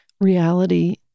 reality